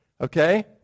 okay